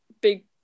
big